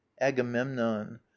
Agamemnon